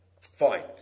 fine